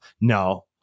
No